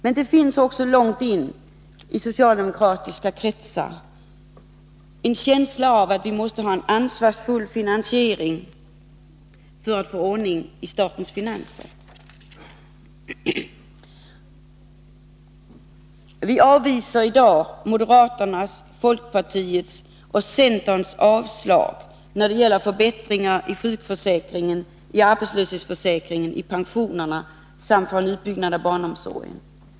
Men det finns långt in i socialdemokratiska kretsar en känsla av att vi måste ha en ansvarsfull finansiering för att få ordning på statens ekonomi. Vi avvisar i dag moderaternas, folkpartiets och centerns yrkanden om avslag när det gäller förbättringar av sjukförsäkringen, arbetslöshetsförsäkringen och pensionerna samt i fråga om utbyggnaden av barnomsorgen.